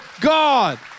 God